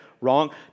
wrong